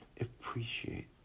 appreciate